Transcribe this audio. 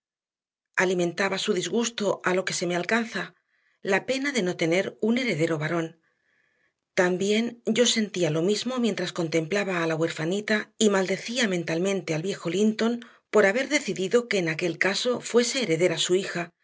alimentaba su disgusto a lo que se me alcanza la pena de no tener un heredero varón también yo sentía lo mismo mientras contemplaba a la huerfanita y maldecía mentalmente al viejo linton por haber decidido que en aquel caso fuese heredera su hija